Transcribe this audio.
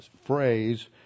phrase